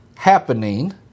happening